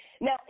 Now